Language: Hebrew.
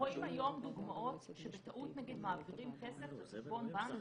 רואים היום דוגמאות שבטעות מעבירים כסף לחשבון בנק